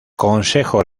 consejo